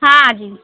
हाँ जी